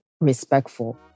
respectful